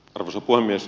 arvoisa puhemies